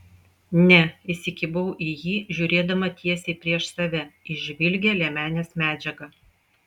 ne įsikibau į jį žiūrėdama tiesiai prieš save į žvilgią liemenės medžiagą